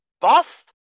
buff